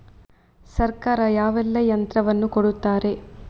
ಸರ್ಕಾರ ಯಾವೆಲ್ಲಾ ಯಂತ್ರವನ್ನು ಕೊಡುತ್ತಾರೆ?